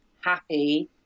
happy